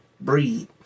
breed